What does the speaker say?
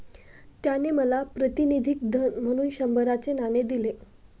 त्याने मला प्रातिनिधिक धन म्हणून शंभराचे नाणे दिले